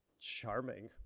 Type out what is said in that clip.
Charming